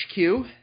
HQ